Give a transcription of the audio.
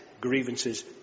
grievances